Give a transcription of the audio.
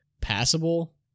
passable